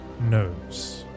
knows